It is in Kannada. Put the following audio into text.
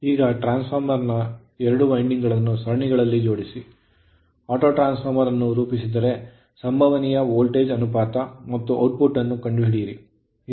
ಈಗ ಟ್ರಾನ್ಸ್ ಫಾರ್ಮರ್ ನ 2 ವೈಂಡಿಂಗ್ ಗಳನ್ನು ಸರಣಿಗಳಲ್ಲಿ ಜೋಡಿಸಿ ಆಟೋ ಟ್ರಾನ್ಸ್ ಫಾರ್ಮರ್ ಅನ್ನು ರೂಪಿಸಿದರೆ ಸಂಭವನೀಯ ವೋಲ್ಟೇಜ್ ಅನುಪಾತ ಮತ್ತು ಔಟ್ ಪುಟ್ ಅನ್ನು ಕಂಡುಹಿಡಿಯಿರಿ